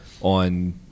on